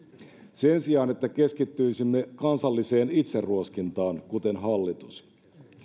sen sijaan että keskittyisimme kansalliseen itseruoskintaan kuten hallitus